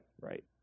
Right